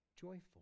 joyful